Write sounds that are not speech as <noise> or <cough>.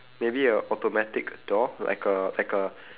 maybe a automatic door like a like a <breath>